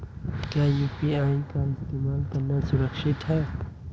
क्या यू.पी.आई का इस्तेमाल करना सुरक्षित है?